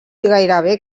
gairebé